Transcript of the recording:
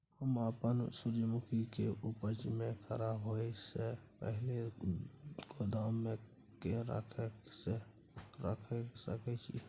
हम अपन सूर्यमुखी के उपज के खराब होयसे पहिले गोदाम में के तरीका से रयख सके छी?